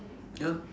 ya